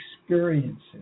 experiences